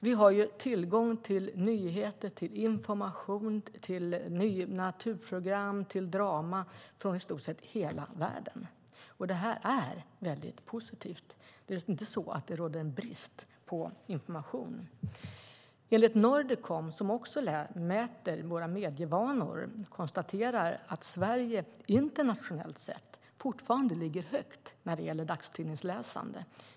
Vi har ju tillgång till nyheter, information, naturprogram och drama från i stort sett hela världen, och det är väldigt positivt. Det är inte så att det råder en brist på information. Nordicom, som mäter våra medievanor, konstaterar att Sverige internationellt sett fortfarande ligger högt när det gäller dagstidningsläsande.